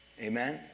Amen